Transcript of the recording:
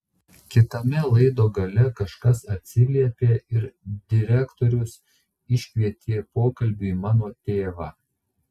kitame laido gale kažkas atsiliepė ir direktorius iškvietė pokalbiui mano tėvą